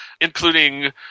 including